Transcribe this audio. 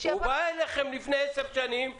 הוא בא אליכם לפני 10 שנים וחטף,